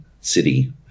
city